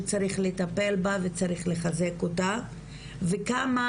שצריך לטפל בה וצריך לחזק אותה וכמה,